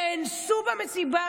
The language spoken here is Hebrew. נאנסו במסיבה.